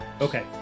okay